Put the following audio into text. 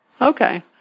Okay